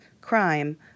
crime